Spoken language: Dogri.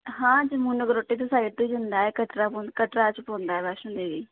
हां जम्मू नगरोटे दे साइड थमां जंदा ऐ कटरा कटरा च पौंदा ऐ वैष्णो देवी